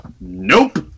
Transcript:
Nope